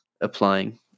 applying